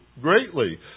greatly